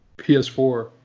PS4